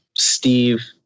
Steve